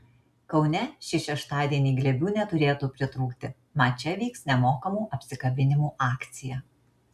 kaune šį šeštadienį glėbių neturėtų pritrūkti mat čia vyks nemokamų apsikabinimų akcija